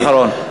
משפט אחרון.